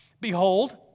Behold